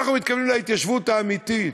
אנחנו מתכוונים להתיישבות האמיתית,